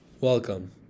Welcome